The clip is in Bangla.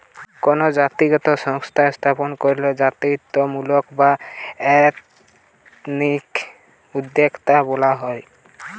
কোনো জাতিগত সংস্থা স্থাপন কইরলে জাতিত্বমূলক বা এথনিক উদ্যোক্তা বলা হয়